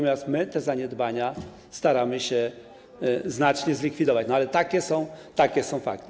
My te zaniedbania staramy się znacznie zlikwidować, ale takie są fakty.